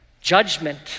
judgment